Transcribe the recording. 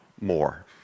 more